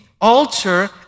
altar